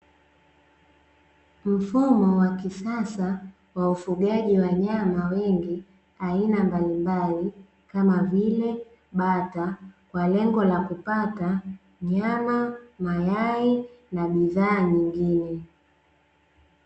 Mfumo wa kisasa wa ufugaji wa nyama wengi aina mbalimbali kama vile bata, kwa lengo la kupata: nyama, mayai na bidhaa nyingine .